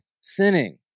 sinning